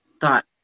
thought